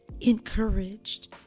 encouraged